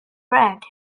bread